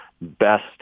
best